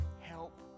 help